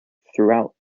throughout